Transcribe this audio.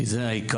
כי זה העיקר.